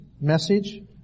message